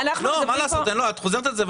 את חוזרת על זה,